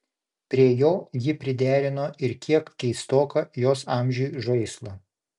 prie jo ji priderino ir kiek keistoką jos amžiui žaislą